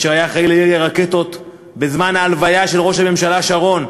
שהיה אחראי לירי הרקטות בזמן ההלוויה של ראש הממשלה שרון,